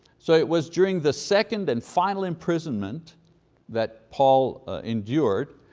so it was during the second and final imprisonment that paul endured,